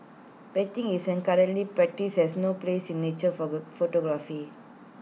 baiting as IT is currently practised has no place in nature photography